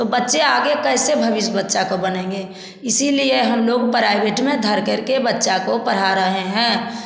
तो बच्चे आगे कैसे भविष्य बच्चा को बनेंगे इसीलिए हम लोग प्राइवेट में धर करके बच्चा को पढ़ा रहे हैं